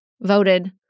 voted